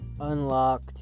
unlocked